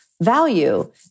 Value